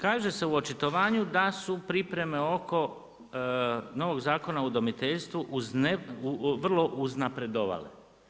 Nadalje, kaže se u očitovanju, da su pripreme oko novog zakona o udomiteljstvu vrlo uznapredovale.